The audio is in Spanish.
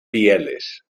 pieles